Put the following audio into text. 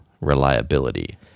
Reliability